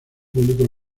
público